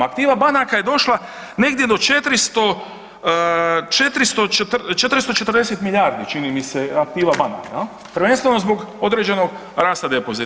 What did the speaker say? Aktiva banaka je došla negdje do 440 milijardi čini mi se aktiva banaka prvenstveno zbog određenog rasta depozita.